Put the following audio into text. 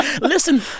Listen